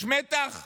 יש מתח,